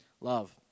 love